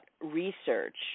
research